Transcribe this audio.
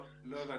לא הבנתי,